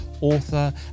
author